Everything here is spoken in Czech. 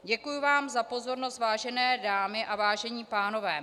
Děkuji vám za pozornost, vážené dámy a vážení pánové.